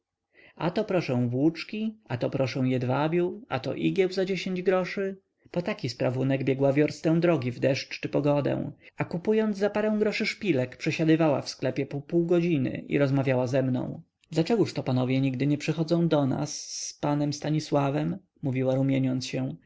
a to proszę włóczki a to proszę jedwabiu a to igieł za dziesięć groszy po taki sprawunek biegła wiorstę drogi w deszcz czy pogodę a kupując za parę grosygroszy szpilek przesiadywała w sklepie po pół godziny i rozmawiała ze mną dlaczegoto panowie nigdy nie przychodzą do nas z panem stanisławem mówiła rumieniąc się